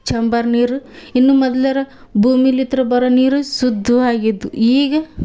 chamber ನೀರು ಇನ್ನೂ ಮೊದ್ಲ್ಯರ ಭೂಮಿಲಿತ್ರ್ ಬರೇ ನೀರು ಶುದ್ವಾಗಿ ಇದ್ದವು ಈಗ